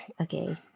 okay